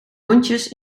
rondjes